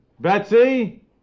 Betsy